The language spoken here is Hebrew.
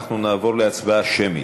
אנחנו נעבור להצבעה שמית.